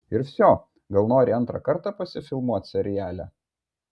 ir vsio gal nori antrą kartą pasifilmuot seriale